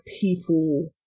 people